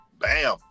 Bam